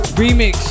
remix